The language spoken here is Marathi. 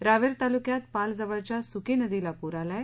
रावेर तालुक्यातील पालजवळच्या सुकी नदीला पूर आला आहे